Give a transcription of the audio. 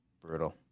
brutal